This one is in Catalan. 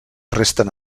resten